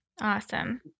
awesome